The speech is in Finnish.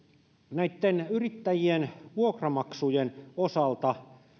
näitten yrittäjien vuokranmaksujen osalta